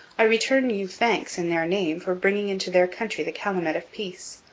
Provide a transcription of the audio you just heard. i return you thanks in their name for bringing into their country the calumet of peace,